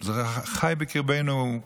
זה חי בקרבנו,